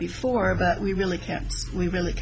before but we really can't we really